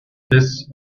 this